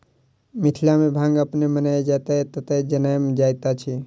मिथिला मे भांग अपने मोने जतय ततय जनैम जाइत अछि